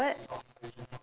bored